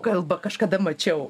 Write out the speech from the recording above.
kalbą kažkada mačiau